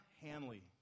Hanley